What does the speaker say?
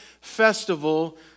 festival